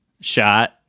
shot